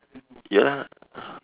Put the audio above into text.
ya